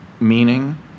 Meaning